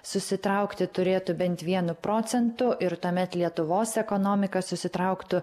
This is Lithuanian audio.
susitraukti turėtų bent vienu procentu ir tuomet lietuvos ekonomika susitrauktų